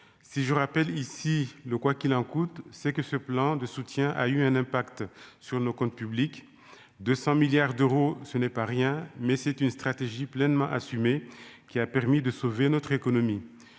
si je rappelle ici le quoi qu'il en coûte, c'est que ce plan de soutien, a eu un impact sur nos comptes publics de 5 milliards d'euros, ce n'est pas rien, mais c'est une stratégie pleinement assumé qui a permis de sauver notre économie,